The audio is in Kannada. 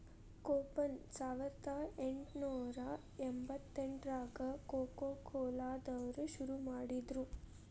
ಕೂಪನ್ ಸಾವರ್ದಾ ಎಂಟ್ನೂರಾ ಎಂಬತ್ತೆಂಟ್ರಾಗ ಕೊಕೊಕೊಲಾ ದವ್ರು ಶುರು ಮಾಡಿದ್ರು